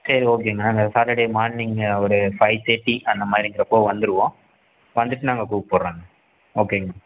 சரி ஓகேங்க நாங்கள் சாட்டர்டே மார்னிங்கு ஒரு ஃபைவ் தேர்ட்டி அந்தமாதிரிங்குறப்ப வந்துடுவோம் வந்துட்டு நாங்கள் கூப்பிர்றோங்க ஓகேங்க